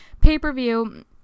pay-per-view